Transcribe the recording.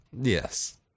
Yes